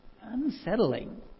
unsettling